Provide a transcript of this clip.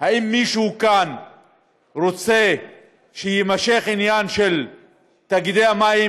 אם מישהו כאן רוצה שיימשך העניין של תאגידי המים,